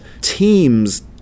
teams